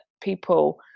people